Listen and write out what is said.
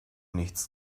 nichts